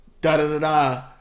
Da-da-da-da